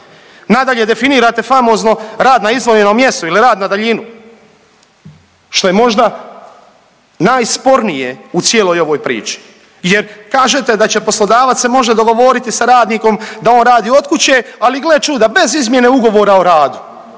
Nadalje definirate famozno rad na izdvojenom mjestu ili rad na daljinu što je možda najspornije u cijeloj ovoj priči, jer kažete da će poslodavac se može dogovoriti sa radnikom da on radi od kuće ali gle čuda bez izmjene ugovora o radu.